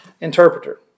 interpreter